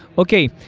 okay.